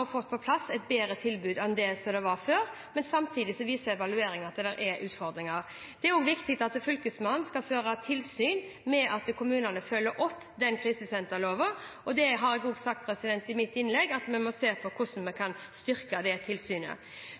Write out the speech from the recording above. fått på plass et bedre tilbud enn de hadde før, men samtidig viser evalueringen at det er utfordringer. Det er også viktig at Fylkesmannen fører tilsyn med at kommunene følger opp krisesenterloven, og jeg har sagt i mitt innlegg at vi må se på hvordan vi kan styrke det tilsynet.